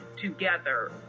together